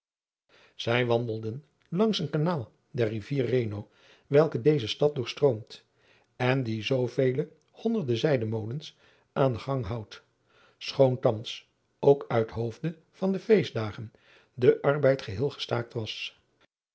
zij wandelden langs een kanaal der rivier reno welke deze stad adriaan loosjes pzn het leven van maurits lijnslager doorftroomt en die zoovele honderde zijdemolens aan den gang houdt schoon thans ook uit hoofde van de feestdagen de arbeid geheel gestaakt was